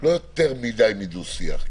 לא יותר מדי דו-שיח.